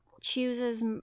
chooses